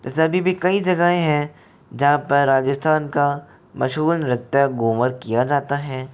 जैसे अभी भी कहीं जगहें हैं जहाँ पर राजस्थान का मशहूर नृत्य घूमर किया जाता है